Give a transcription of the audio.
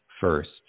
first